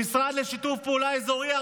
המשרד לשיתוף פעולה אזורי,